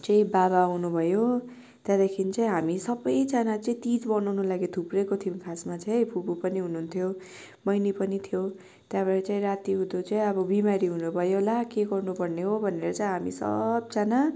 चाहिँ बाबा आउनुभयो त्यहाँदेखिन् चाहिँ हामी सबैजना चाहिँ तिज मनाउनु लागि थुप्रिएको थियौँ खासमा चाहिँ फुपू पनि हुनुहुन्थ्यो बहिनी पनि थियो त्यहाँबाट चाहिँ रातिउँदो चाहिँ अब बिमारी हुनुभयो ला के गर्नुपर्ने हो भनेर चाहिँ हामी सबजना